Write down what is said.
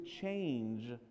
change